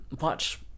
Watch